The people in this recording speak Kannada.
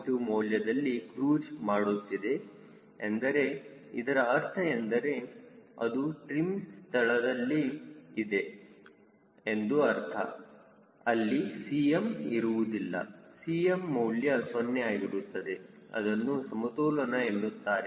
2 ಮೌಲ್ಯದಲ್ಲಿ ಕ್ರೂಜ್ ಮಾಡುತ್ತಿದೆ ಎಂದರೆ ಇದರ ಅರ್ಥ ಎಂದರೆ ಅದು ಟ್ರಿಮ್ ಸ್ಥಳದಲ್ಲಿ ಇದೆ ಎಂದು ಅರ್ಥ ಅಲ್ಲಿ Cm ಇರುವುದಿಲ್ಲ Cm ಮೌಲ್ಯ 0 ಆಗಿರುತ್ತದೆ ಅದನ್ನು ಸಮತೋಲನ ಎನ್ನುತ್ತಾರೆ